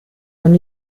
con